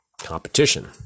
competition